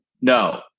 no